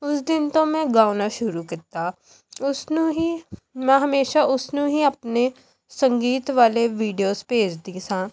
ਉਸ ਦਿਨ ਤੋਂ ਮੈਂ ਗਾਉਣਾ ਸ਼ੁਰੂ ਕੀਤਾ ਉਸ ਨੂੰ ਹੀ ਮੈਂ ਹਮੇਸ਼ਾ ਉਸਨੂੰ ਹੀ ਆਪਣੇ ਸੰਗੀਤ ਵਾਲੇ ਵੀਡੀਓਜ਼ ਭੇਜਦੀ ਸੀ